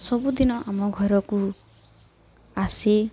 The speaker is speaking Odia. ସବୁଦିନ ଆମ ଘରକୁ ଆସେ